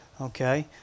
Okay